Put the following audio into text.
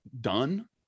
done